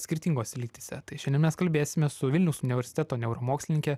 skirtingose lytyse tai šiandien mes kalbėsimės su vilniaus universiteto neuromokslininke